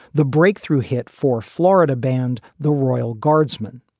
the breakthrough hit for florida band the royal guardsmen.